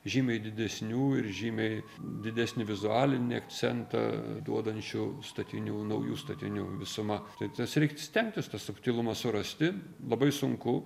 žymiai didesnių ir žymiai didesnį vizualinį akcentą duodančių statinių naujų statinių visuma tai tas reik stengtis tą subtilumą surasti labai sunku